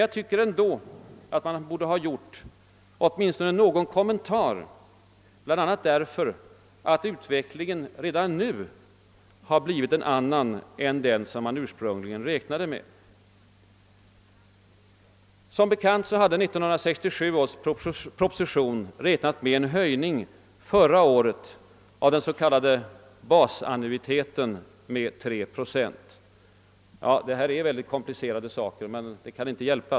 Jag tycker ändå att man borde ha gjort åtminstone någon kommentar, bl.a. där för att utvecklingen redan nu har blivit en annan än den som man ursprungligen räknade med. Som bekant hade 1967 års proposition räknat med en höjning förra året av den s.k. basannuiteten med 3 procent.